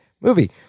movie